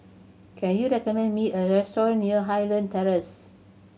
can you recommend me a restaurant near Highland Terrace